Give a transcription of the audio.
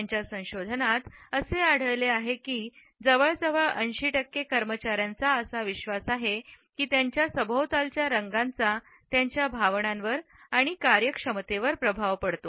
त्याच्या संशोधनात असे आढळले आहे की जवळजवळ 80 टक्के कर्मचाऱ्यांचा असा विश्वास आहे की त्यांच्या सभोवतालच्या रंगाचा त्यांच्या भावनांवर आणि कार्यक्षमतेवर प्रभाव पडतो